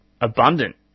abundant